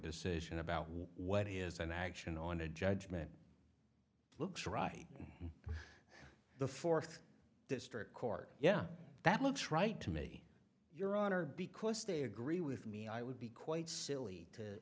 decision about what is an action on a judgment looks right the fourth district court yeah that looks right to me your honor because they agree with me i would be quite silly to